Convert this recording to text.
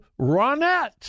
Ronette